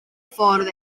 ffordd